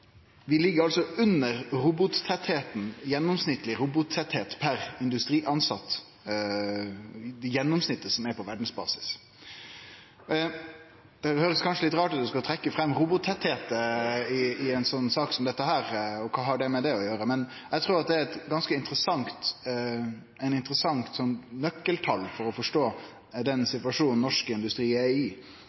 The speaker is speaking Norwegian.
Vi ligg altså under gjennomsnittleg robottettleik per industritilsett på verdsbasis. Det høyrest kanskje litt rart ut å trekkje fram robottettleik i ei sak som denne – kva har det med det å gjere? Men eg trur det er eit ganske interessant nøkkeltal for å forstå den situasjonen norsk industri er i.